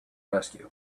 rescue